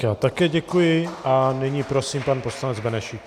Já také děkuji a nyní prosím, pan poslanec Benešík.